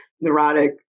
neurotic